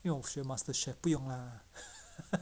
因为我学 MasterChef 不用 lah